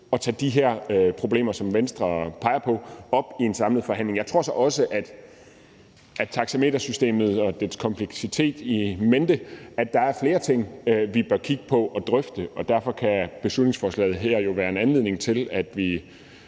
at tage de her problemer, som Venstre peger på, op i en samlet forhandling. Jeg tror så også, at der med taxametersystemet og dets kompleksitet in mente er flere ting, vi bør kigge på og drøfte. Derfor kan beslutningsforslaget her jo være en anledning til, at vi